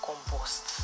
Compost